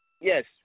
Yes